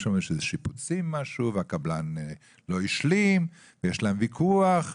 יש שיפוצים והקבלן לא השלים, יש להם ויכוח וכולי.